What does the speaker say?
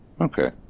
okay